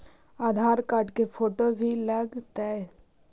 आधार card के photo भी लग तै?